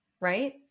right